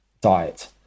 diet